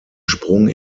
sprung